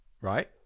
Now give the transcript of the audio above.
right